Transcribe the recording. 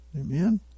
Amen